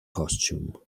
costume